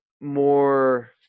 more